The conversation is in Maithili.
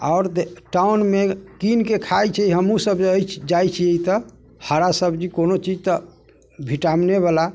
आओर दे टाउनमे कीनिके खाइ छै हमहूँसब जाइ छिए तऽ हरा सब्जी कोनो चीज तऽ विटामिनेवला